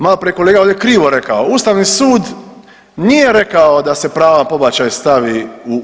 Maloprije je kolega ovdje krivo rekao, Ustavni sud nije rekao da se prava pobačaj stavi u